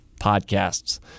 podcasts